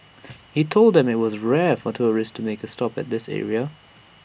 he told them that IT was rare for tourists to make A stop at this area